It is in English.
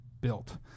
built